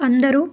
అందరూ